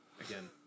Again